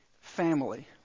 Family